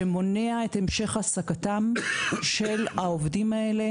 שמונע את המשך העסקתם של העובדים האלה